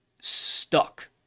stuck